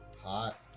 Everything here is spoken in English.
Hot